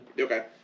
Okay